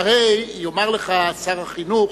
הרי יאמר לך שר החינוך,